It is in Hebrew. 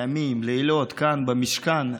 ימים ולילות כאן, במשכן.